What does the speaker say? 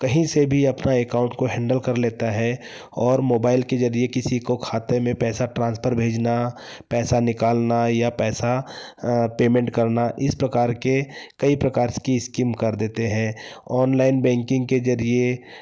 कहीं से भी अपना एकाउंट को हैंडल कर लेता है और मोबाइल के जरिए किसी को खाते में पैसा ट्रांसफर भेजना पैसा निकालना या पैसा पेमेंट करना इस प्रकार के कई प्रकार की स्कीम कर देते हैं ऑनलाइन बैंकिंग के जरिए